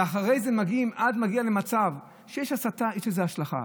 ואחרי זה מגיעים למצב, כשיש הסתה, יש לזה השלכה.